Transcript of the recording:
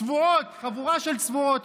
צבועות, חבורה של צבועות.